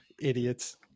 Idiots